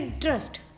trust